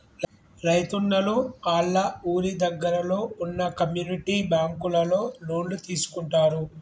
రైతున్నలు ఆళ్ళ ఊరి దగ్గరలో వున్న కమ్యూనిటీ బ్యాంకులలో లోన్లు తీసుకుంటారు